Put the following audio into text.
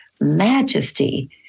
majesty